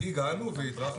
הגענו והדרכנו.